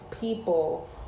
people